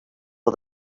for